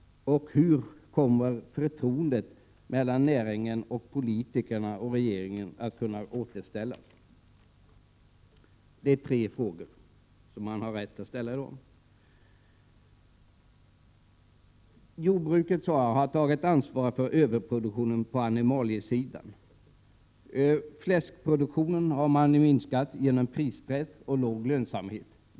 Hur kommer förtroendet mellan näringen, politikerna och regeringen att kunna återställas? Det är tre frågor som man har rätt att ställa. Jordbruket har tagit ansvaret för överproduktionen på animaliesidan, sade jag. Fläskproduktionen har minskat genom prispress och låg lönsamhet.